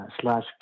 slash